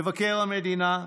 מבקר המדינה,